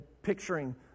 picturing